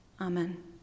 Amen